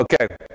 Okay